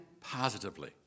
positively